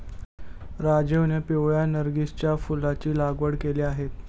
राजीवने पिवळ्या नर्गिसच्या फुलाची लागवड केली आहे